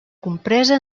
compresa